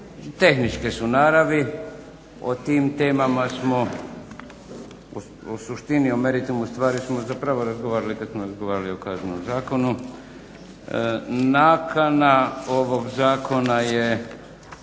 tehničke su naravi. O tim temama smo, o suštini, o meritumu stvari smo zapravo razgovarali kad smo razgovarali o Kaznenom zakonu. Nakana ovog zakona je